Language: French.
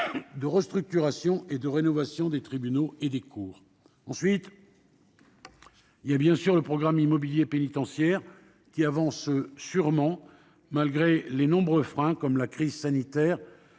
de restructuration et de rénovation de tribunaux et de cours. Ensuite, il y a le programme immobilier pénitentiaire, qui avance sûrement, malgré les nombreux freins, comme la crise sanitaire-